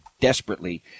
desperately